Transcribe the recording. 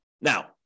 Now